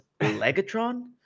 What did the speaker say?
Legatron